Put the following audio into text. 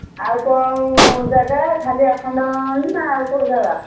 ଆଉ କେଉଁ ଜାଗା ଖାଲି ଆଖଣ୍ଡଳମଣି ନା ଆଉ କେଉଁ ଜାଗା